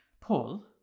Paul